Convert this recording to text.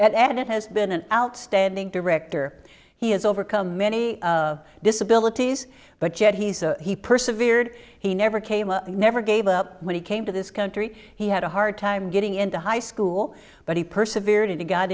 and add it has been an outstanding director he has overcome many of disabilities but yet he said he persevered he never came he never gave up when he came to this country he had a hard time getting into high school but he persevered and he got